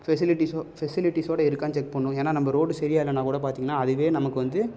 ஸ்ஃபெசிலிட்டிஸோட ஸ்ஃபெசிலிட்டிஸோட இருக்கான்னு செக் பண்ணணும் ஏன்னா நம்ம ரோடு சரியாக இல்லைன்னா கூட பார்த்திங்கனா அதுவே நமக்கு வந்து